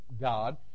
God